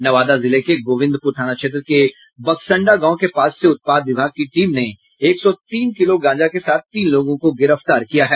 नवादा जिले के गोविंदपुर थाना क्षेत्र के बकसंडा गांव के पास से उत्पाद विभाग की टीम ने एक सौ तीन किलो गांजा के साथ तीन लोगों को गिरफ्तार किया है